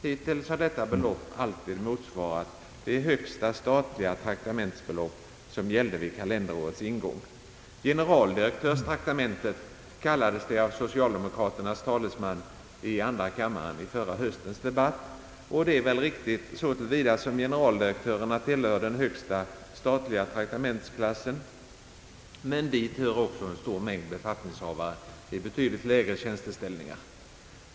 Hittills har detta belopp alltid motsvarat det högsta statliga traktamentsbelopp som gällde vid kalenderårets ingång. »Generaldirektörstraktamentet« kallades det av socialdemokraternas talesman i andra kammaren i förra höstens debatt. Det är väl riktigt så till vida som generaldirektörerna tillhör den högsta statliga traktamentsklassen, men dit hör också en stor mängd befattningshavare i betydligt lägre tjänsteställningar.